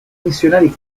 missionari